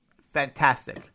fantastic